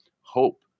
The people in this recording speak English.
hope